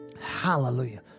Hallelujah